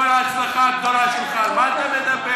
זה כל ההצלחה הגדולה שלך, על מה אתה מדבר?